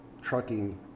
trucking